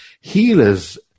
healers